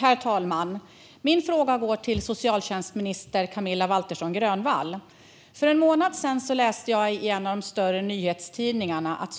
Herr talman! Min fråga går till socialtjänstminister Camilla Waltersson Grönvall. För en månad sedan läste jag i en av de större nyhetstidningarna att